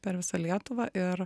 per visą lietuvą ir